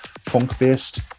funk-based